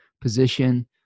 position